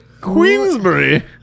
Queensbury